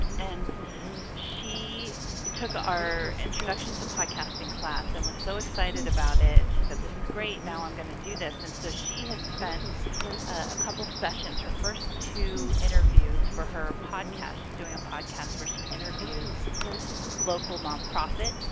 and she took ah our introduction to podcasting class and was so excited about it she said, this is great. now i'm going to do this. and so now she has spent a couple sessions, her first two interviews for her podcast, she's doing a podcast where she interviews local non-profits,